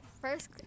First